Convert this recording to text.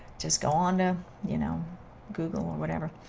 just go on to you know google and whatever.